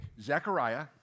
Zechariah